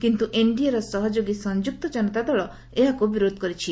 କିନ୍ତୁ ଏନ୍ଡିଏର ସହଯୋଗୀ ସଂଯୁକ୍ତ ଜନତା ଦଳ ଏହାକୁ ବିରୋଧ କରିଛି